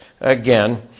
again